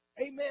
Amen